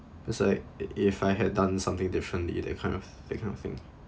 beside if if I had done something differently that kind of that kind of thing